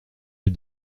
les